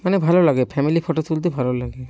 মানে ভালো লাগে ফ্যামিলি ফটো তুলতে ভালো লাগে